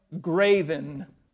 graven